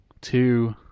two